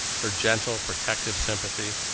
her gentle, protective sympathy.